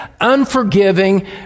unforgiving